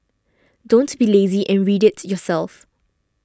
don't be lazy and read it yourself